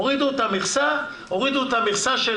הורידו את המכסה שלהם,